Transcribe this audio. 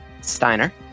Steiner